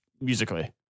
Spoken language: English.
musically